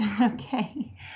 Okay